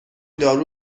دارو